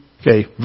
Okay